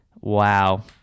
Wow